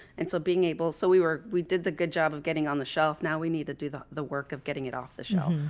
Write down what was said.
and so being able, so we were we did a good job of getting on the shelf, now we need to do the the work of getting it off the shelf.